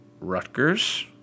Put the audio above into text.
Rutgers